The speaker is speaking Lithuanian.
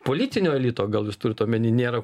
politinio elito gal jūs turit omeny nėra